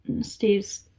Steve's